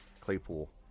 Claypool